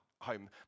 home